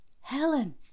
Helen